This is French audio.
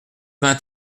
vingt